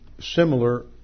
similar